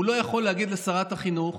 הוא לא יכול להגיד לשרת החינוך: